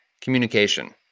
communication